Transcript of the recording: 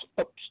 Oops